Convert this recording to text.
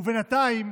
ובינתיים